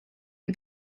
une